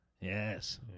Yes